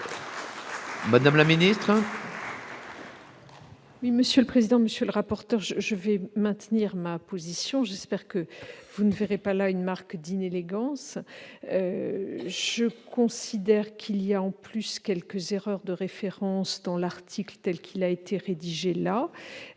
Madame la ministre,